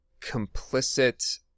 complicit